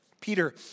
Peter